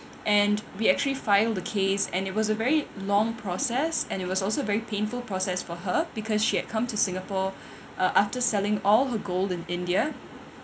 and we actually filed the case and it was a very long process and it was also very painful process for her because she had come to singapore uh after selling all her gold in india